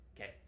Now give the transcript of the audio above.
okay